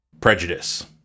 prejudice